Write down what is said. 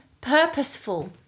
purposeful